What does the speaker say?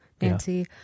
nancy